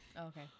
okay